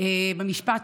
במשפט